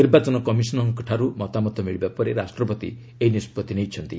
ନିର୍ବାଚନ କମିଶନଙ୍କଠାରୁ ମତାମତ ମିଳିବା ପରେ ରାଷ୍ଟ୍ରପତି ଏହି ନିଷ୍ପଭି ନେଇଛନ୍ତି